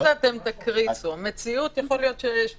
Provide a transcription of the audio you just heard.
ההצעה שהוצעה כאן היא